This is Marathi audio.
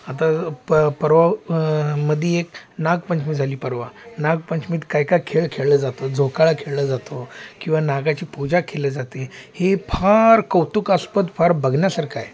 आता प परवा मध्ये एक नागपंचमी झाली परवा नागपंचमीत काय काय खेळ खेळले जातात झोपाळा खेळला जातो किंवा नागाची पूजा केल्या जाते हे फार कौतुकास्पद फार बघण्यासारखं आहे